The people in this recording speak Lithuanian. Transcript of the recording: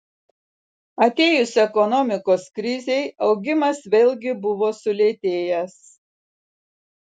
atėjus ekonomikos krizei augimas vėlgi buvo sulėtėjęs